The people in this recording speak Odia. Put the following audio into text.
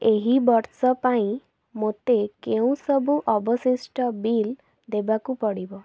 ଏହି ବର୍ଷ ପାଇଁ ମୋତେ କେଉଁସବୁ ଅବଶିଷ୍ଟ ବିଲ୍ ଦେବାକୁ ପଡ଼ିବ